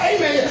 Amen